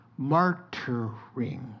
martyring